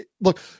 look